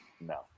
No